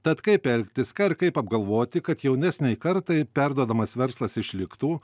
tad kaip elgtis ką ir kaip apgalvoti kad jaunesnei kartai perduodamas verslas išliktų